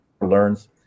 learns